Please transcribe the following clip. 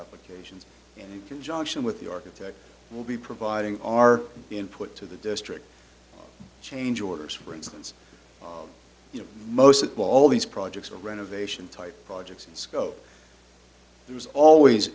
occasions in conjunction with the architect who will be providing our input to the district change orders for instance you know most of all these projects are renovation type projects and scope there is always